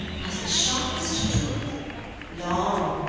has the sharpest tooth long,